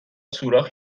سوراخ